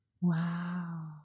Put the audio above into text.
Wow